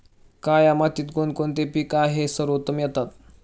काया मातीत कोणते कोणते पीक आहे सर्वोत्तम येतात?